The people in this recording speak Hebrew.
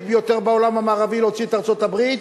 בעולם המערבי להוציא את ארצות-הברית,